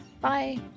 bye